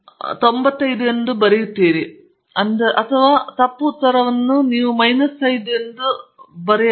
ಹಾಗಾಗಿ ನೀವು ಸಾಕಷ್ಟು ಇದ್ದಿದ್ದರೆ ನೀವು ಕೇವಲ 5 ಅಂಕಗಳನ್ನು ಕಳೆದುಕೊಂಡಿದ್ದೀರಿ ನೀವು ತಪ್ಪು ಉತ್ತರವನ್ನು ಕೂಗಿದರೆ ನೀವು ಮೈನಸ್ 5 ಅನ್ನು ಎರಡು ಬಾರಿ ಪಡೆಯುತ್ತೀರಿ